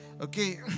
Okay